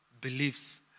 beliefs